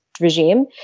regime